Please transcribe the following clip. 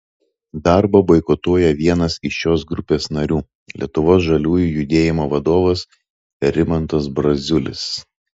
darbą boikotuoja vienas iš šios grupės narių lietuvos žaliųjų judėjimo vadovas rimantas braziulis